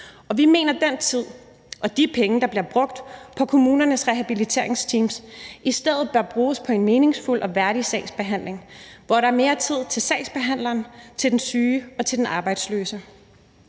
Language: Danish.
Vi mener, at den tid og de penge, der bliver brugt på kommunernes rehabiliteringsteams, i stedet bør bruges på en meningsfuld og værdig sagsbehandling, hvor der er mere tid til sagsbehandleren, til den syge og til den arbejdsløse.